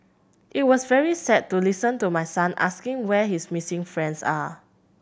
it was very sad to listen to my son asking where his missing friends are